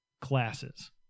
classes